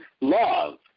love